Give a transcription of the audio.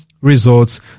Results